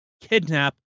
kidnap